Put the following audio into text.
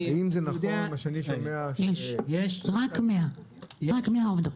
רק 100 עובדות.